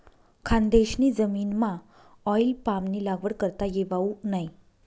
खानदेशनी जमीनमाऑईल पामनी लागवड करता येवावू नै